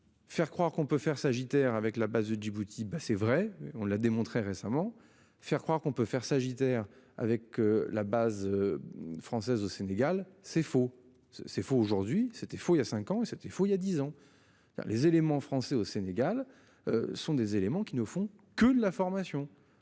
Faire croire qu'on peut faire sagittaire, avec la base de Djibouti, bah c'est vrai on l'a démontré récemment faire croire qu'on peut faire sagittaire, avec la base. Française au Sénégal. C'est faux, c'est faux aujourd'hui c'était faux, il y a 5 ans et c'était faux, il y a 10 ans. Les éléments français au Sénégal. Ce sont des éléments qui ne font que de la formation.